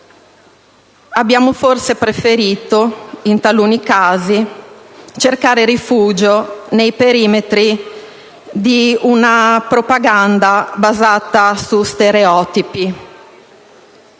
abbiamo forse preferito cercare rifugio nei perimetri di una propaganda basata su stereotipi.